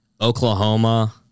Oklahoma